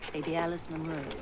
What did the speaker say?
lady alice monroe.